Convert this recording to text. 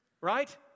Right